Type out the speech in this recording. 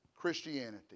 Christianity